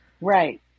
Right